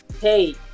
hey